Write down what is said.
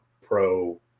Pro